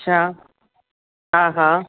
अच्छा हा हा